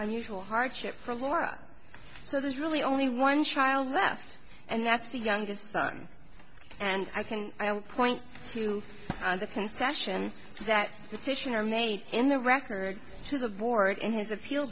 unusual hardship for laura so there's really only one child left and that's the youngest son and i can point to the concession that efficient are made in the record to the board in his appeal